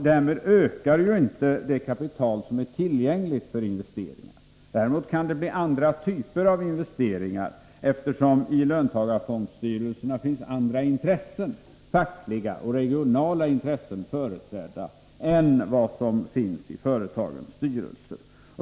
Därmed ökar inte det kapital som är tillgängligt för investeringar. Däremot kan det bli andra typer av investeringar, eftersom i löntagarfondernas styrelser finns andra intressen, fackliga och regionala, företrädda än i företagens styrelser.